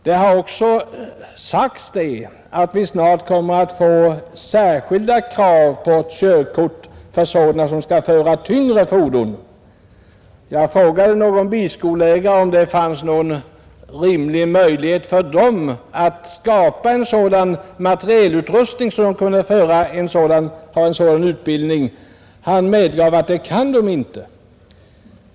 Det har också sagts att vi snart kommer att få särskilda krav på körkort för personer som skall föra tyngre fordon. Jag frågade en av bilskoleägarna om det fanns någon rimlig möjlighet för dem att skapa en sådan materielutrustning att de kunde ha en dylik utbildning. Han medgav att de inte har någon sådan möjlighet.